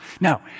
No